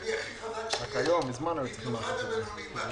הכלכלי הכי חזק שיש, במיוחד הבינוניים והקטנים.